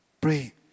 Pray